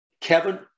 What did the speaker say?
Kevin